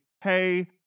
hey